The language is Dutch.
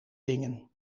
dingen